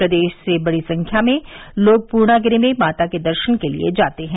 प्रदेश से बड़ी संख्या में लोग पूर्णागिरि में माता के दर्शन के लिए जाते हैं